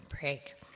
break